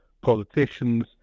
politicians